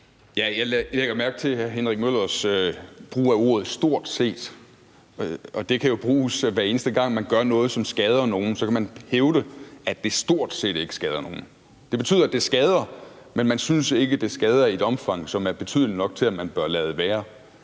Jeg lægger mærke til hr. Henrik Møllers brug af udtrykket stort set. Det kan jo bruges, hver eneste gang man gør noget, som skader nogen; så kan man hævde, at det stort set ikke skader nogen. Det betyder, at det skader – men man synes ikke, at det skader i et omfang, som er betydeligt nok til, at man bør lade være.